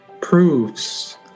proves